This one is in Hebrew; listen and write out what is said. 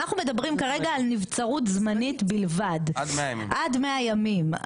אנחנו מדברים כרגע על נבצרות זמנית בלבד עד 100 ימים,